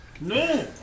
No